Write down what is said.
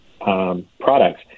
products